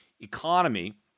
economy